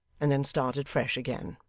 and then started fresh again.